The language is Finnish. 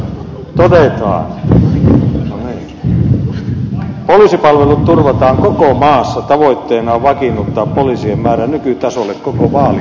hallitusohjelmassa todetaan että poliisipalvelut turvataan koko maassa tavoitteena on vakiinnuttaa poliisien määrä nykytasolle koko vaalikaudeksi